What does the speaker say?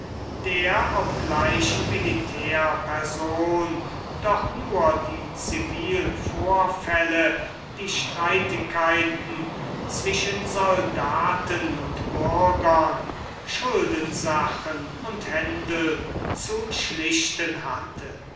der obgleich militärperson doch nur die zivilvorfälle die streitigkeiten zwischen soldaten und bürgern schuldensachen und händel zu schlichten hatte